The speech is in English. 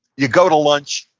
you go to lunch,